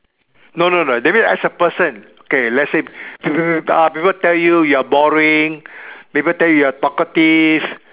no no no that mean as a person K let's say you uh people tell you're boring people tell you're talkative